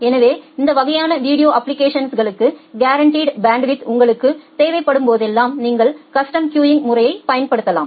எனவே இந்த வகையிலான வீடியோ அப்ப்ளிகேஷன்ஸ்களுக்கு கேரன்டிட் பேண்ட்வித் உங்களுக்குத் தேவைப்படும்போதெல்லாம் நீங்கள் கஸ்டம் கியூங் முறையைப் பயன்படுத்தலாம்